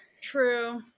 True